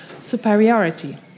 superiority